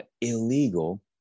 illegal